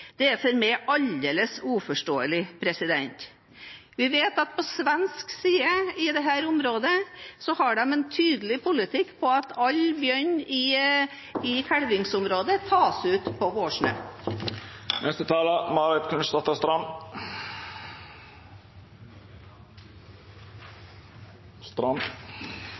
Det er for meg aldeles uforståelig. Vi vet at på svensk side i dette området har de en tydelig politikk på at all bjørn i kalvingsområdet tas ut på